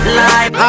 life